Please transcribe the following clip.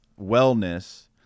wellness